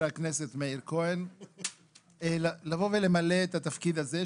הכנסת מאיר כהן לבוא ולמלא את התפקיד הזה,